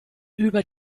über